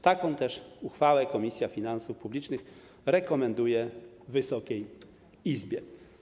Taką też uchwałę Komisja Finansów Publicznych rekomenduje Wysokiej Izbie.